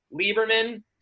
Lieberman